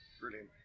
Brilliant